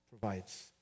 provides